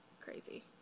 crazy